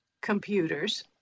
computers